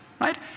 right